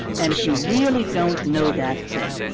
and if you really don't know that thing,